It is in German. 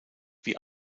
wie